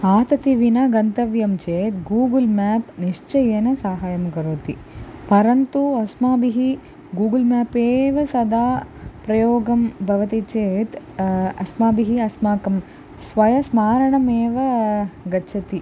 आततिविना गन्तव्यं चेत् Google map निश्चयेन सहायं करोति परन्तु अस्माभिः गूगुल् म्याप् एव सदा प्रयोगं भवति चेत् अस्माभिः अस्माकं स्वयं स्मारणमेव गच्छति